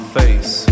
face